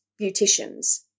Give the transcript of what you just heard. beauticians